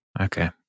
Okay